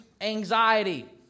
Anxiety